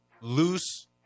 loose